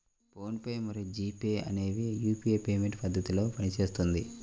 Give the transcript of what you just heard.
phone pay మరియు G pay అనేవి UPI payment పద్ధతిలో పనిచేస్తుంది